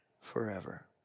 forever